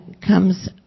comes